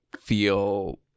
feel